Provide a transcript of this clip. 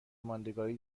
ماندگاری